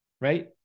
right